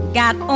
got